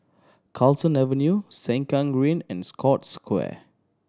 Carlton Avenue Sengkang Green and Scotts Square